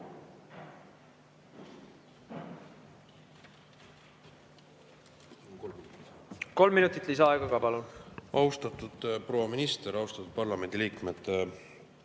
Kolm minutit lisaaega ka. Palun! Austatud proua minister! Austatud parlamendiliikmed!